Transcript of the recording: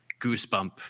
Goosebump